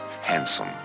handsome